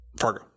Fargo